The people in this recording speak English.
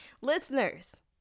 listeners